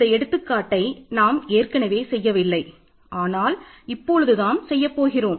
இந்த எடுத்துக்காட்டை நாம் ஏற்கனவே செய்யவில்லை ஆனால் இப்பொழுது நாம் செய்யப் போகிறோம்